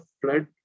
flood